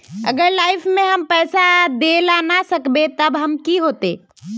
अगर लाइफ में हम पैसा दे ला ना सकबे तब की होते?